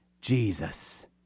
Jesus